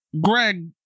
Greg